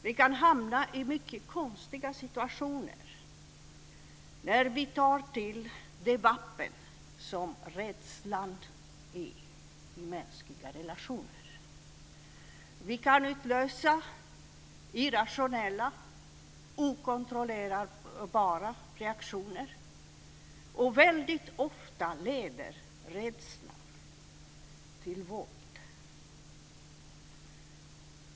Vi kan hamna i mycket konstiga situationer när vi tar till det vapen som rädslan är i mänskliga relationer. Vi kan utlösa irrationella, okontrollerbara reaktioner. Väldigt ofta leder rädslan till våld.